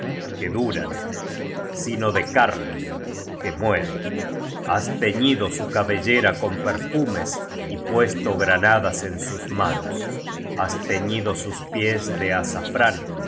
que duran sino de carne que muere has teñido su cabellera con perfumes y puesto granadas en sus manos has teñido sus píes de azafrán